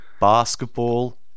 basketball